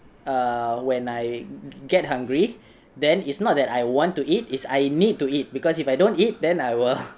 uh when I get hungry then it's not that I want to eat is I need to eat because if I don't eat then I will